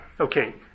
okay